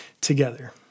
together